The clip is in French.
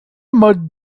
mode